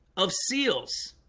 of seals